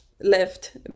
left